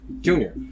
Junior